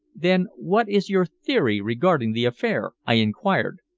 then what is your theory regarding the affair? i inquired,